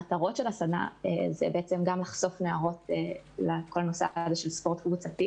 מטרות הסדנא הן גם לחשוף נערות לספורט קבוצתי